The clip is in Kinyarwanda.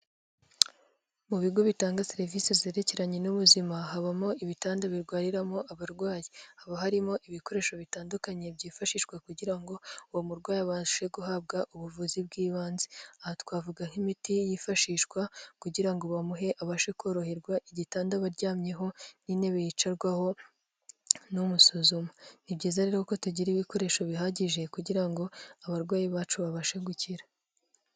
Mu bigo bitanga serivisi zerekeranye n'ubuzima habamo ibitanda birwariramo abarwayi haba harimo ibikoresho bitandukanye byifashishwa kugira ngo uwo murwayi abashe guhabwa ubuvuzi bw'ibanze aha twavuga nk'imiti yifashishwa kugira ngo bamuhe abashe koroherwa igitanda baryamyeho n'intebe yicarwaho n’umusuzuma ni byiza rero ko tugira ibikoresho bihagije kugira ngo abarwayi bacu babashe gukira.